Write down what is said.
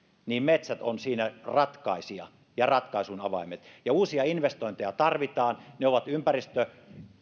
niin metsät ovat siinä ratkaisija ja ratkaisun avaimet uusia investointeja tarvitaan ne ovat ympäristön